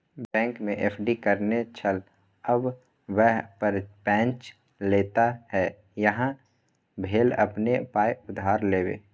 बैंकमे एफ.डी करेने छल आब वैह पर पैंच लेताह यैह भेल अपने पाय उधार लेब